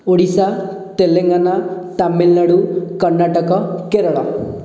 Odisha Telangana Tamil Nadu Karnataka Kerala